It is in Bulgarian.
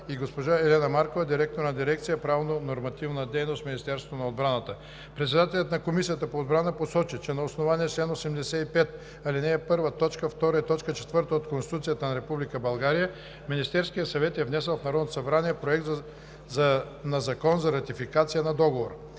и госпожа Елена Маркова – директор на дирекция „Правно-нормативна дейност“ в Министерството на отбраната. Председателят на Комисията по отбрана посочи, че на основание чл. 85, ал. 1, т. 4 и т. 5 от Конституцията на Република България Министерският съвет е внесъл в Народното събрание Проект на закон за ратификация на Договора.